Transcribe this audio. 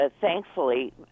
thankfully